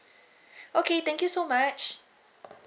okay thank you so much